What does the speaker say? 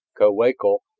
kawaykle,